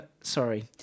sorry